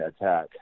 attack